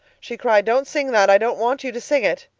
she cried, don't sing that. i don't want you to sing it,